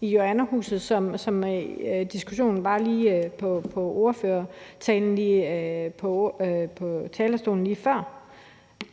i Joannahuset, som det blev nævnt i min ordførertale på talerstolen lige før.